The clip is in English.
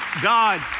God